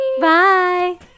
bye